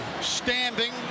standing